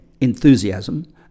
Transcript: enthusiasm